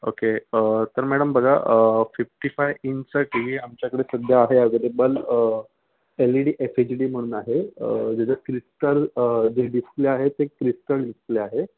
okay तर madam बघा fifty five इंचचा टी वी आमच्याकडे सध्या आहे available L E D F H D म्हणून आहे ज्याच्यात क्रिस्टल जे डिस्प्ले आहे ते क्रिस्टल डिस्प्ले आहे